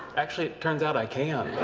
actually, it turns out i can.